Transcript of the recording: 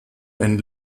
ein